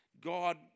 God